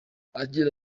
agira